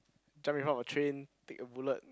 jump in front of a train take a bullet